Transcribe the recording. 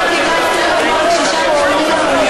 אתמול עברה בוועדת השרים לחקיקה,